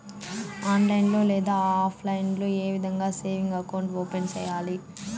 online లో లేదా offline లో ఏ విధంగా సేవింగ్ అకౌంట్ ఓపెన్ సేయాలి